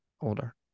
Older